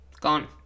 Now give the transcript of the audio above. gone